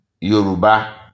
Yoruba